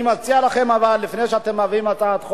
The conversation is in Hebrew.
אני מציע לכם, לפני שאתם מביאים הצעת חוק,